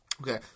Okay